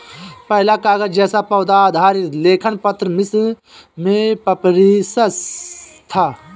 पहला कागज़ जैसा पौधा आधारित लेखन पत्र मिस्र में पपीरस था